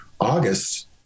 August